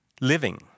living